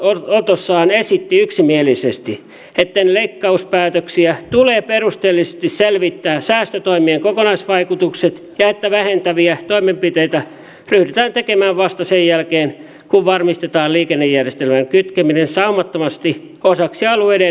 vrn hallintoneuvosto kannanotossaan esitti yksimielisesti että ennen leikkauspäätöksiä tulee perusteellisesti selvittää säästötoimien kokonaisvaikutukset ja että vähentäviä toimenpiteitä ryhdytään tekemään vasta sen jälkeen kun varmistetaan liikennejärjestelmän kytkeminen saumattomasti osaksi alueiden ja elinkeinoelämän kehittämistä